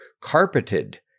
carpeted